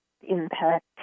impact